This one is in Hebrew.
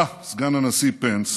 אתה, סגן הנשיא פנס,